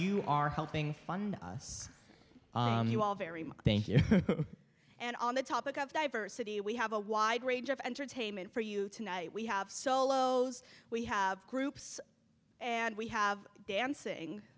you are helping fund us you all very much thank you and on the topic of diversity we have a wide range of entertainment for you tonight we have solos we have groups and we have dancing